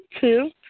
two